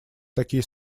такие